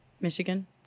Michigan